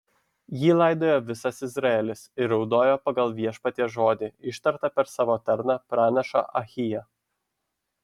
jį laidojo visas izraelis ir raudojo pagal viešpaties žodį ištartą per savo tarną pranašą ahiją